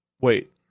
Wait